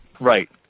Right